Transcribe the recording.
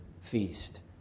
feast